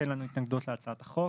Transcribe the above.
אין לנו התנגדות להצעת החוק,